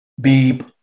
Beep